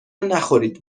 نخورید